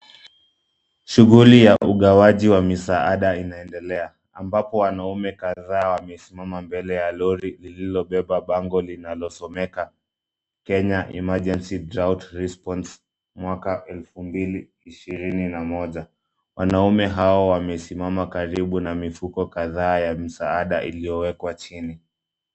Shughuli ya ugawaji wa misaada inaendelea ambapo wanaume kadhaa wamesimama mbele ya lori lililobeba bango linalosomeka, Kenya emergency drought response mwaka elfu mbili ishirini na moja. Wanaume hao wamesimama karibu na mifuko kadhaa ya misaada iliyowekwa chini.